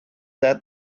that